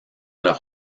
leur